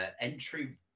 entry